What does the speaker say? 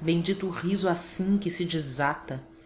bendito o riso assim que se desata